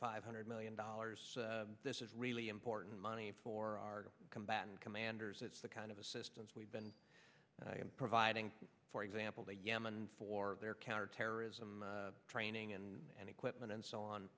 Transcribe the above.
five hundred million dollars this is really important money for combatant commanders it's the kind of assistance we've been providing for example to yemen for their counterterrorism training and equipment and so